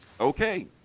Okay